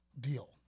Deal